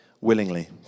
willingly